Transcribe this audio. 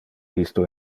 isto